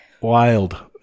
wild